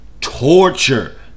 torture